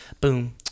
boom